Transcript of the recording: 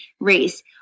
race